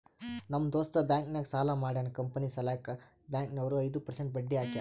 ನಮ್ ದೋಸ್ತ ಬ್ಯಾಂಕ್ ನಾಗ್ ಸಾಲ ಮಾಡ್ಯಾನ್ ಕಂಪನಿ ಸಲ್ಯಾಕ್ ಬ್ಯಾಂಕ್ ನವ್ರು ಐದು ಪರ್ಸೆಂಟ್ ಬಡ್ಡಿ ಹಾಕ್ಯಾರ್